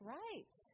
right